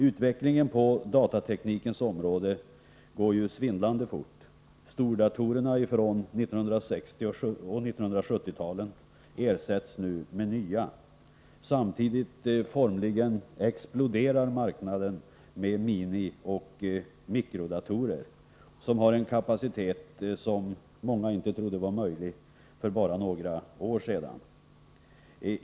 Utvecklingen på datateknikens område går ju svindlande fort. Stordatorerna från 1960 och 1970-talen ersätts nu av nya. Samtidigt formligen exploderar marknaden för minioch mikrodatorer, som har en kapacitet som man inte trodde var möjlig för bara några år sedan.